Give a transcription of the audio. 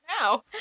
now